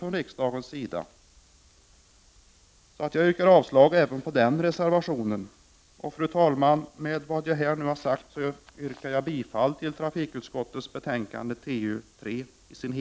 Därmed yrkar jag avslag även på reservation 4. Fru talman! Med det anförda yrkar jag bifall till hemställan på alla punkter i trafikutskottets betänkande 3.